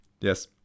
Yes